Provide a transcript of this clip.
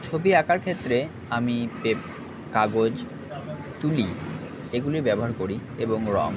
ছবি আঁকার ক্ষেত্রে আমি কাগজ তুলি এগুলি ব্যবহার করি এবং রঙ